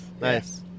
Nice